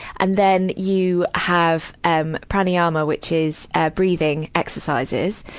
and then you have, um, pranayama, which is ah breathing exercises.